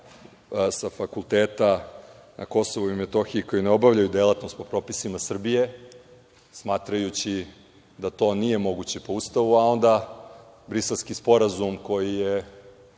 sa fakulteta na Kosovu i Metohiji koji ne obavljaju delatnost po propisima Srbije, smatrajući da to nije moguće po Ustavu, a onda Briselski sporazum, koji je